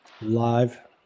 Live